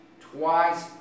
twice